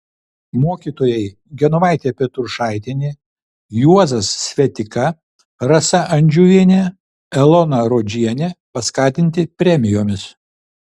mokytojai genovaitė petrušaitienė juozas svetika rasa andžiuvienė elona rodžienė paskatinti premijomis